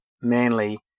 manly